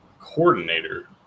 coordinator